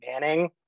manning